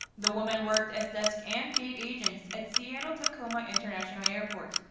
the women worked as desk and gate agents at seattle-tacoma international airport,